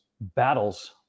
battles